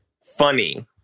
funny